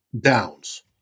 downs